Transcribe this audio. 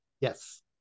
Yes